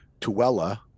Tuella